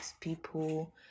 people